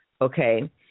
okay